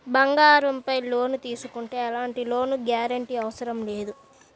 బంగారంపై లోను తీసుకుంటే ఎలాంటి లోను గ్యారంటీ అవసరం లేదు